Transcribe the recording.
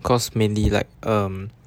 cause mainly like um